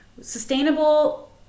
sustainable